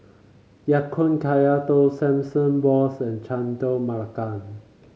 Ya Kun Kaya Toast Sesame Balls and Chendol Melaka